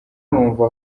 numva